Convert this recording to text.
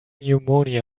pneumonia